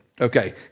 Okay